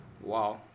Wow